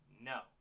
no